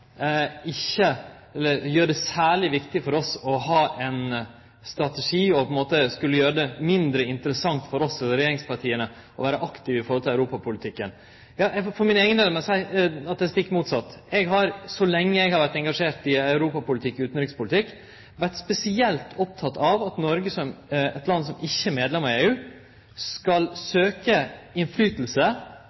særleg viktig for oss å ha ein strategi som på ein måte skulle gjere det mindre interessant for oss i regjeringspartia å vere aktive i europapolitikken. For min eigen del må eg seie at det er stikk motsett. Så lenge eg har vore engasjert i europapolitikk og utanrikspolitikk, har eg vore spesielt oppteken av at Noreg, som eit land som ikkje er medlem av EU, skal søkje innflytelse,